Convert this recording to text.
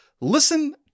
Listen